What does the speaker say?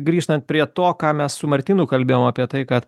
grįžtant prie to ką mes su martynu kalbėjom apie tai kad